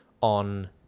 On